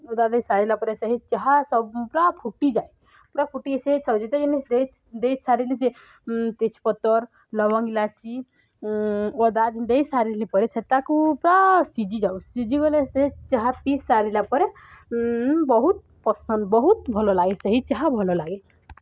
ଅଦା ଦେଇ ସାରିଲା ପରେ ସେହି ଚାହା ସବୁ ପୁରା ଫୁଟିଯାଏ ପୁରା ଫୁଟି ସେ ଯେତେ ଜିନିଷ ଦେଇ ଦେଇ ସାରିଲି ଯେ ତେଜପତର ଲବଙ୍ଗ ଇଲାଚି ଅଦା ଦେଇ ସାରିଲି ପରେ ସେ ତାକୁ ପୁରା ସିଝିଯାଉ ସିଝିଗଲେ ସେ ଚାହା ପିଇ ସାରିଲା ପରେ ବହୁତ ପସନ୍ଦ ବହୁତ ଭଲ ଲାଗେ ସେହି ଚାହା ଭଲ ଲାଗେ